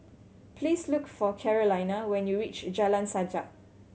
please look for Carolina when you reach Jalan Sajak